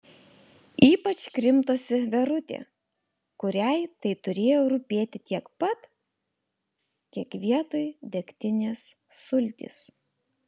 ypač krimtosi verutė kuriai tai turėjo rūpėti tiek pat kiek vietoj degtinės sultys